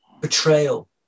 betrayal